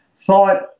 thought